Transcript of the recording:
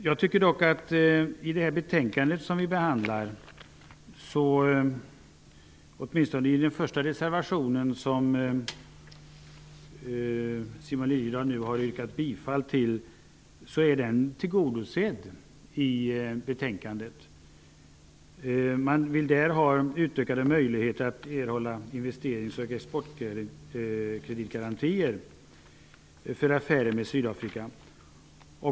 Jag tycker dock att åtminstone den första reservationen, som Simon Liliedahl har yrkat bifall till, är tillgodosedd i det betänkande som vi behandlar. Man vill ha utökade möjligheter att erhålla investerings och exportkreditgarantier för affärer med Sydafrika.